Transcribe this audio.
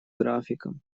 графиком